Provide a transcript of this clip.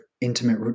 intimate